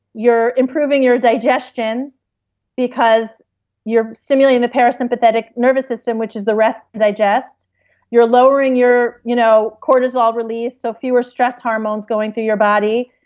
you're improving your digestion because you're stimulating the parasympathetic nervous system, which is the rest, digest you're lowering your you know cortisol release so fewer stress hormones going through your body.